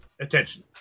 Attention